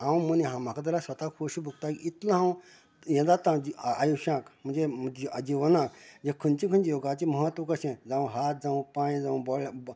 हांव म्हणी म्हाका तर स्वता खोशी भोगता इतलो हांव ए जाता आयुश्याक म्हणजें जिवनांत हे खंयचें खंयचें योगाचें म्हत्व कशें जावं हात जावं पाय जावं बो